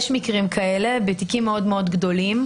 יש מקרים כאלה בתיקים מאוד גדולים,